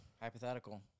Hypothetical